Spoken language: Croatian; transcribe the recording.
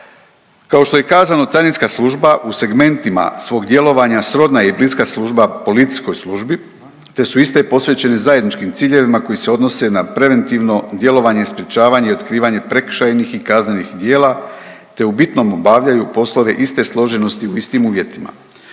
Kao što je i kazano carinska služba u segmentima svog djelovanja srodna je i bliska služba policijskoj službi te su iste posvećene zajedničkim ciljevima koji se odnose na preventivno djelovanje, sprječavanje i otkrivanje prekršajnih i kaznenih djela te u bitnom obavljaju poslove iste složenosti u istim uvjetima.